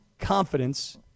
confidence